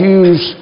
use